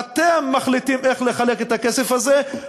אתם מחליטים איך לחלק את הכסף הזה,